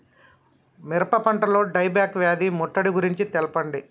మిరప పంటలో die back వ్యాధి ముట్టడి గురించి తెల్పండి?